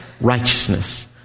righteousness